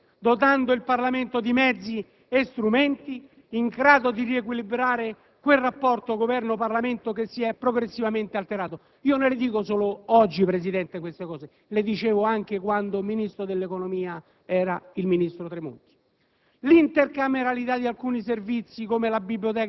richiede un'ulteriore fase di ristrutturazione, dotando il Parlamento di mezzi e strumenti in grado di riequilibrare quel rapporto Governo-Parlamento che si è progressivamente alterato. Queste cose non le sostengo solo oggi, Presidente, ma anche quando il ministro dell'economia era Tremonti.